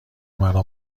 مرا